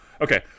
okay